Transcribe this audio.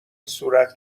صورت